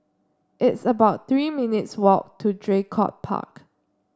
it's about Three minutes' walk to Draycott Park